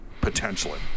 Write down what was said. potentially